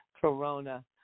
corona